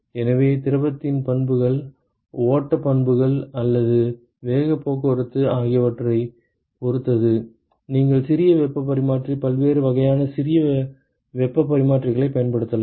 எனவே திரவத்தின் பண்புகள் ஓட்ட பண்புகள் அல்லது வேகப் போக்குவரத்து ஆகியவற்றைப் பொறுத்து நீங்கள் சிறிய வெப்பப் பரிமாற்றி பல்வேறு வகையான சிறிய வெப்பப் பரிமாற்றிகளைப் பயன்படுத்தலாம்